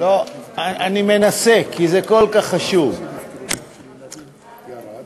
אנחנו עוברים להצעת חוק להגדלת שיעור ההשתתפות בכוח העבודה